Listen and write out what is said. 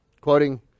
quoting